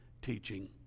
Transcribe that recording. teaching